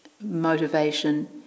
motivation